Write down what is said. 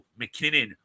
McKinnon